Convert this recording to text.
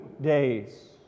days